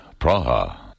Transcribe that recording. Praha